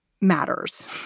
matters